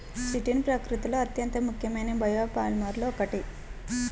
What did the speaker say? chitin ప్రకృతిలో అత్యంత ముఖ్యమైన బయోపాలిమర్లలో ఒకటి